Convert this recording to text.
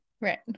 Right